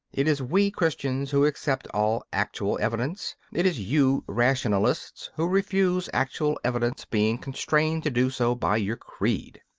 it is we christians who accept all actual evidence it is you rationalists who refuse actual evidence being constrained to do so by your creed.